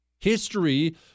History